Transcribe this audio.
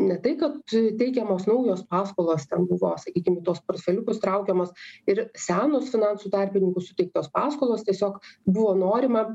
ne tai kad teikiamos naujos paskolos ten buvo sakykim tos portfeliukus traukiamos ir senos finansų tarpininkų suteiktos paskolos tiesiog buvo norima